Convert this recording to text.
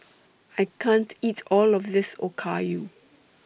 I can't eat All of This Okayu